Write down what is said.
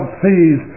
sees